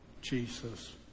Jesus